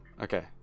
Okay